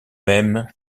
même